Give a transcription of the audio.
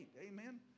amen